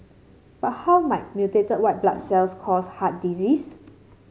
but how might mutated white blood cells cause heart disease